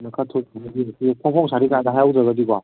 ꯑꯗꯨꯅ ꯈꯔ ꯊꯨꯗ꯭ꯔꯒꯗꯤ ꯍꯧꯖꯤꯛꯇꯤ ꯐꯣꯡ ꯐꯣꯡ ꯁꯥꯔꯤꯀꯥꯟꯗ ꯍꯥꯏꯍꯧꯗ꯭ꯔꯒꯗꯤꯀꯣ